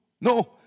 no